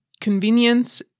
convenience